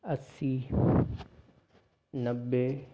अस्सी नब्बे